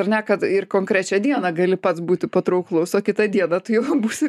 ar ne kad ir konkrečią dieną gali pats būti patrauklus o kitą dieną tu jau būsi